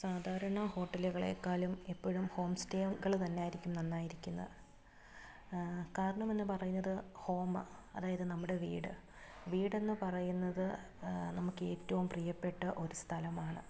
സാധാരണ ഹോട്ടലുകളേക്കാളും എപ്പോഴും ഹോം സ്റ്റേകൾ തന്നെയായിരിക്കും നന്നായിരിക്കുന്നത് കാരണമെന്ന് പറയുന്നത് ഹോമ് അതായത് നമ്മുടെ വീട് വീടെന്ന് പറയുന്നത് നമുക്കേറ്റവും പ്രിയപ്പെട്ട ഒരു സ്ഥലമാണ്